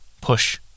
Push